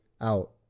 out